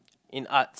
in art